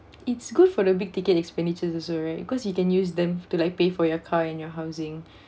it's good for the big ticket expenditures also right because you can use them to like pay for your car and your housing